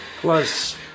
Plus